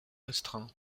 restreint